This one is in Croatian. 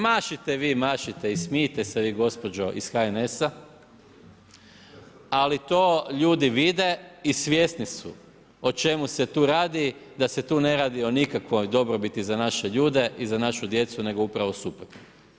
Mašite vi, mašite i smijte se vi gospođo iz HNS-a ali ljudi vide i svjesni su o čemu se tu radi, da se tu ne radi o nikakvoj dobrobiti za naše ljude i za našu djecu nego upravo suprotno.